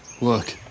Look